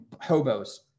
hobos